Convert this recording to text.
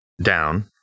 down